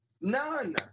None